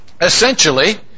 essentially